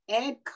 add